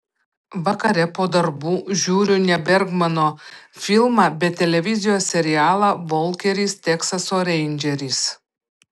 vakare po darbų žiūriu ne bergmano filmą bet televizijos serialą volkeris teksaso reindžeris